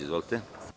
Izvolite.